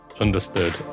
Understood